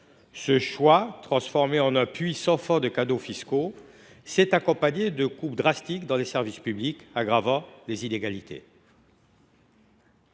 Ce choix, transformé en un puits sans fond de cadeaux fiscaux, s’est accompagné de coupes drastiques dans les services publics, aggravant les inégalités.